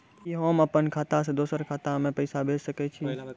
कि होम अपन खाता सं दूसर के खाता मे पैसा भेज सकै छी?